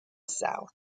south